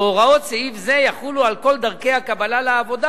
והוראות סעיף זה יחולו על כל דרכי הקבלה לעבודה,